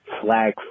flag